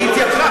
היא התייקרה,